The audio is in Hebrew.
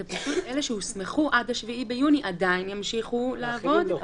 זה פשוט אלה שהוסמכו עד ה-7 ביוני עדיין ימשיכו לעבוד.